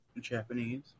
Japanese